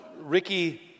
Ricky